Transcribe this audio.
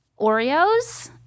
Oreos